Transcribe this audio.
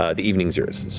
ah the evening's yours,